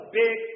big